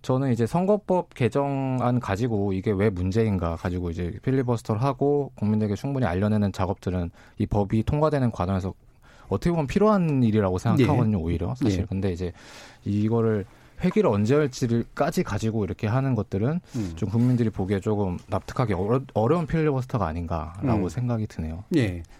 저는 이제 선거법 개정안 가지고 이게 왜 문제인가 가지고 이제 필리버스터를 하고 국민들에게 충분히 알려내는 작업들은 이 법이 통과되는 과정에서 어떻게 보면 필요한 일이라고 생각하거든요, 예. 오히려 사실. 예. 근데 이제 이거를 회기를 언제 할지를까지 가지고 이렇게 하는 것들은 음. 좀 국민들이 보기에 조금 납득하기 어려- 어려운 필리버스터가 아닌가라고 음. 생각이 드네요. 예.